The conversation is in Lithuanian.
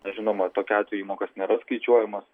na žinoma tokiu atveju įmokos nėra skaičiuojamos